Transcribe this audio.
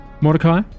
Mordecai